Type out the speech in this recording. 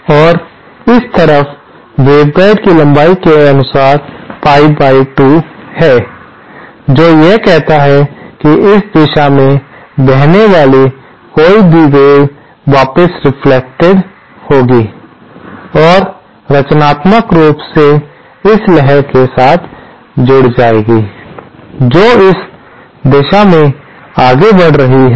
और इस तरफ वेवगाइड की लंबाई के अनुसार पाई पर 2 है जो यह करता है कि इस दिशा में बहने वाली कोई भी वेव वापस रेफ्लेक्टेड होगी और रचनात्मक रूप से इस लहर के साथ जुड़ जाएगी जो इस दिशा में आगे बढ़ रही है